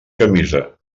camisa